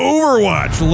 Overwatch